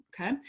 Okay